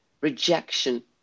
rejection